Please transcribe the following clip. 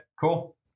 cool